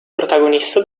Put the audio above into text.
protagonista